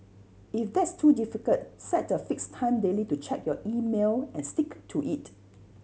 if that's too difficult set a fixed time daily to check your email and stick to it